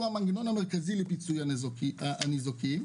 המנגנון המרכזי לפיצוי של הניזוקים,